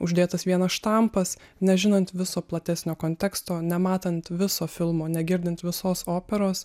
uždėtas vienas štampas nežinant viso platesnio konteksto nematant viso filmo negirdint visos operos